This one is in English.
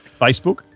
Facebook